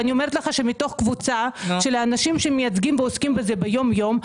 אני אומרת לך שמתוך קבוצה של האנשים שמייצגים ועוסקים בזה ביום יום,